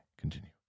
continue